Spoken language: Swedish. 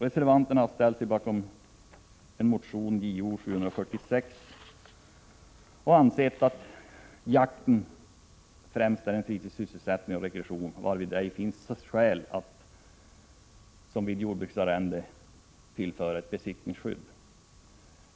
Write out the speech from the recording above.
Reservanterna har ställt sig bakom motion Jo747 och ansett att jakten främst är fritidssysselsättning och rekreation, varför det inte finns samma skäl som vid jordbruksarrende att införa besittningsskydd.